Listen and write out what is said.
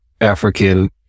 african